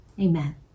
amen